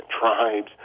tribes